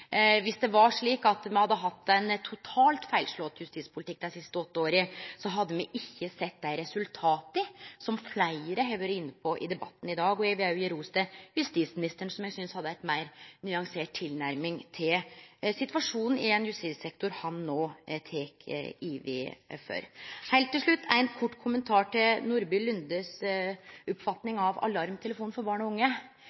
me hadde hatt ein totalt feilslått justispolitikk dei siste åtte åra, hadde me ikkje sett dei resultata som fleire har vore inne på i debatten i dag. Eg vil òg gje ros til justisministeren, som eg synest hadde ei meir nyansert tilnærming til situasjonen i justissektoren, som han no tek over. Heilt til slutt – ein kort kommentar til